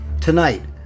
Tonight